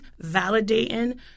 validating